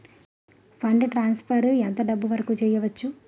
Fund transfer ఎంత డబ్బు వరుకు చేయవచ్చు?